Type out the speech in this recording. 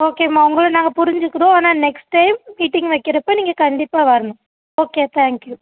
ஓகேம்மா உங்களை நாங்கள் புரிஞ்சுக்கிறோம் ஆனால் நெக்ஸ்ட் டைம் மீட்டிங் வைக்கிறப்போ நீங்கள் கண்டிப்பாக வரணும் ஓகே தேங்க்யூ